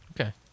Okay